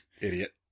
idiot